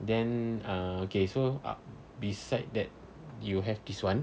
then ah okay so beside that you have this [one]